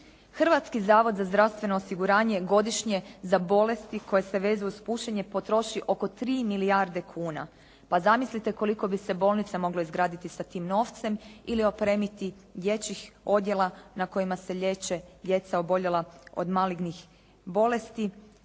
Hrvatski zavod za zdravstveno osiguranje godišnje za bolesti koje se vezuju uz pušenje potroši oko 3 milijarde kuna. Pa zamislite koliko bi se bolnica moglo izgraditi sa tim novcem ali opremiti dječjih odjela na kojima se liječe djeca oboljela od malignih bolesti